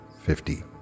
fifty